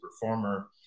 performer